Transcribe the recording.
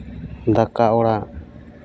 ᱫᱟᱠᱟ ᱚᱲᱟᱜ